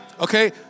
Okay